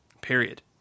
Period